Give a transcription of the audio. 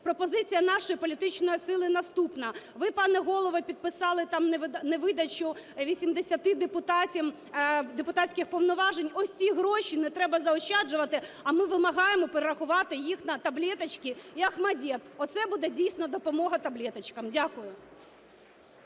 Пропозиція нашої політичної сили наступна. Ви, пане Голово, підписали там невидачу 80 депутатам депутатських повноважень. Ось ці гроші нетреба заощаджувати, а ми вимагаємо їх перерахувати на "Таблеточки" і ОХМАТДИТ. Оце буде, дійсно, допомога "Таблеточкам". Дякую.